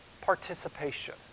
participation